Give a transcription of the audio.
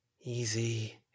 Easy